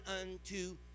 unto